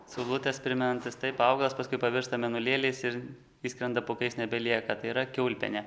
saulutes primenantis taip augalas paskui pavirsta mėnulėliais ir išskrenda pūkais nebelieka tai yra kiaulpienė